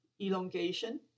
elongation